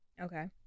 Okay